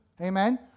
Amen